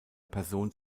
person